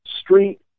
street